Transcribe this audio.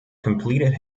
completed